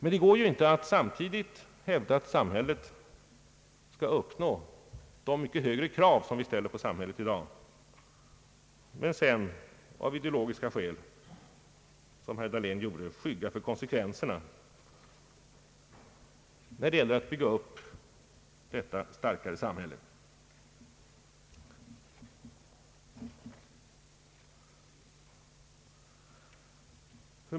Det går ju inte att hävda att samhället måste motsvara mycket högt ställda krav och sedan, som herr Dahlén gjorde, av ideologiska skäl skygga för konsekvenserna när det gäller att bygga upp detta starkare samhälle.